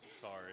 Sorry